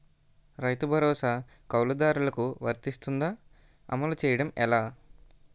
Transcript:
రైతు భరోసా కవులుదారులకు వర్తిస్తుందా? అమలు చేయడం ఎలా